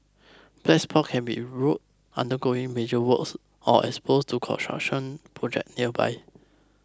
black spots can be road undergoing major works or exposed to construction projects nearby